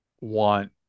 want